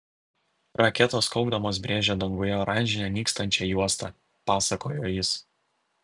raketos kaukdamos brėžė danguje oranžinę nykstančią juostą pasakojo jis